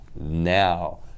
Now